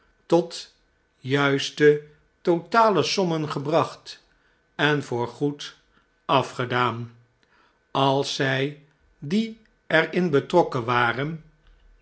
tot juiste totale sommen gebracht en voorgoed afgedaan als zij die er in betrokken waren